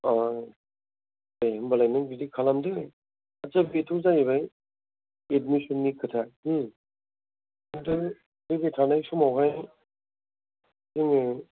औ दे होमबालाय नों बिदि खालामदो आच्चा बेथ' जाहैबाय एदमिसननि खोथा नाथाय फैबाय थानाय समावहाय जों